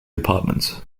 apartments